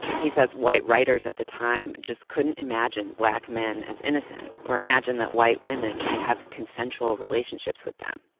he says white writers at the time just couldn't imagine black men as innocent, or imagine that white women might have consensual relationships with them.